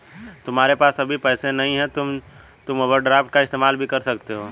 तुम्हारे पास अभी पैसे नहीं है तो तुम ओवरड्राफ्ट का इस्तेमाल भी कर सकते हो